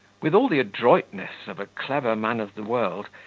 with all the adroitness of a clever man of the world,